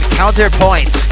counterpoint